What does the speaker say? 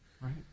Right